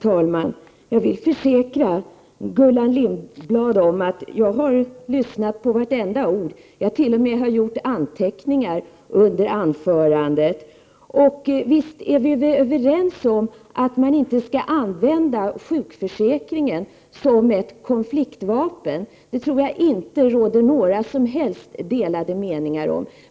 Herr talman! Jag försäkrar Gullan Lindblad att jag har lyssnat på vartenda ord. Jag har t.o.m. gjort anteckningar under hennes anförande. Visst är vi överens om att man inte skall använda sjukförsäkringen som ett konfliktvapen — det tror jag inte att det råder några som helst delade meningar om.